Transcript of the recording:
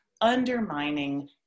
undermining